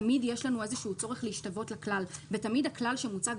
תמיד יש לנו איזשהו צורך להשתוות לכלל ותמיד הכלל שמוצג,